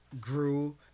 grew